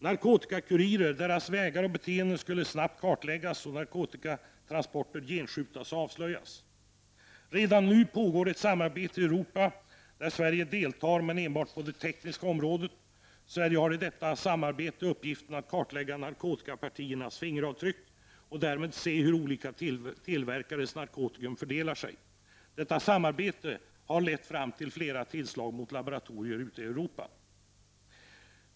Narkotikakurirer, deras vägar och beteenden skulle snabbt kartläggas och narkotikatransporter genskjutas och avslöjas. Redan nu pågår ett samarbete i Europa där Sverige deltar, men enbart på det tekniska området. Sverige har i detta samarbete uppgiften att kartlägga narkotikapartiernas ”fingeravtryck” och därmed se hur olika tillverkares narkotikum fördelar sig. Detta samarbete har lett fram till flera tillslag mot laboratorier ute i Europa.